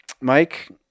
Mike